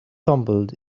tumbled